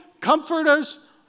comforters